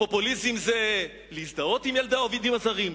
הפופוליזם זה להזדהות עם ילדי העובדים הזרים,